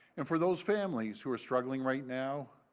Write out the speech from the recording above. and for those families who are struggling right now,